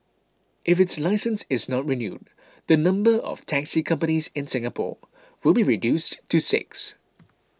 if its licence is not renewed the number of taxi companies in Singapore will be reduced to six